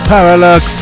Parallax